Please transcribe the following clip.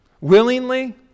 Willingly